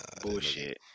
Bullshit